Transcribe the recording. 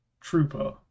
trooper